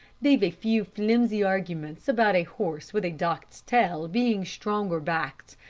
they've a few flimsy arguments about a horse with a docked tail being stronger-backed,